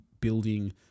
building